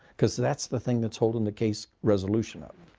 because that's the thing that's holding the case resolution up.